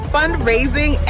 Fundraising